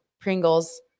Pringles